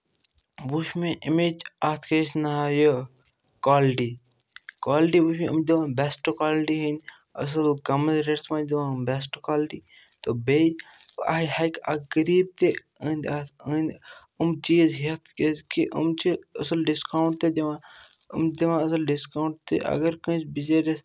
وٕچھ مےٚ امِچ اَتھ کیاہ چھِ ناو یہِ کالٹی کالٹی وٕچھ مےٚ أمۍ چھِ دِوان بیسٹ کالٹی ہِنٛدۍ اَصٕل کَمَس ریٹَس منٛز دِوان أمۍ بیٚسٹ کالٹی تہٕ بیٚیہِ آیہِ ہیٚکہِ اَکھ غریٖب تہِ أنٛدۍ اَتھ أنٛدۍ أمۍ چیٖز ہیٚتھ کیٛازِکہِ أمۍ چھِ أصٕل ڈِسکاوُنٛٹ تہِ دِوان أمۍ چھِ دِوان اَصٕل ڈِسکاوُنٛٹ تہِ اگر کٲنٛسہِ بِزٲرِس